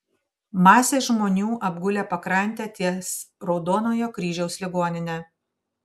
masės žmonių apgulę pakrantę ties raudonojo kryžiaus ligonine